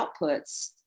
outputs